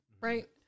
right